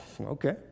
okay